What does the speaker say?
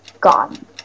gone